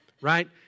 right